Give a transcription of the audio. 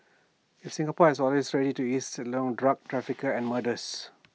in Singapore has already eased IT A lot drug traffickers and murderers